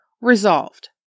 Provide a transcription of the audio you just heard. Resolved